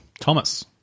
Thomas